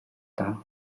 даа